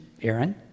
Aaron